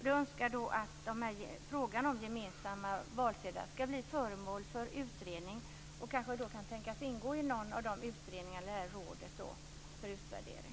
Där önskar jag att frågan om gemensamma valsedlar skall bli föremål för utredning. Den kanske kan tänkas ingå i någon utredning eller i rådet för utvärdering.